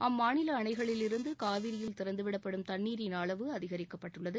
அம்மாநிலஅணைகளில் இருந்துகாவிரியில் திறந்துவிடப்படும் தண்ணீரின் அளவு அதிகரிக்கப்பட்டுள்ளது